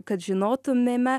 kad žinotumėme